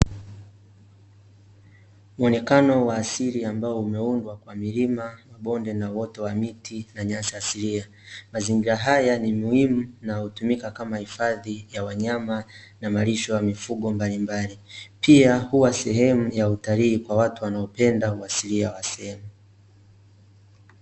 Muonekano wa asili ambao umeundwa kwa milima, mabonde , na uoto wa miti na nyasi asilia. Mazingira haya ni muhimu, na hutumika kama hifadhi ya wanyama, na malisho ya mifugo mbalimbali. Pia huwa sehemu ya utalii , kwa watu wanaopenda uasilia wa sehemu.